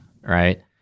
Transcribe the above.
Right